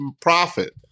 profit